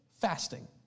fasting